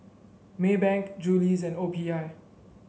Maybank Julie's and O P I